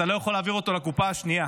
אתה לא יכול להעביר אותו לקופה השנייה.